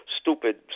stupid